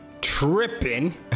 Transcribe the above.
tripping